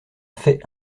fait